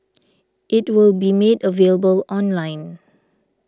it will be made available online